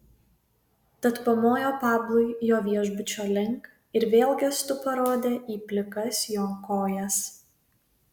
tad pamojo pablui jo viešbučio link ir vėl gestu parodė į plikas jo kojas